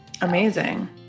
amazing